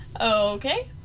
Okay